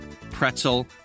pretzel